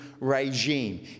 regime